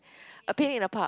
a picnic in a park